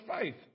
faith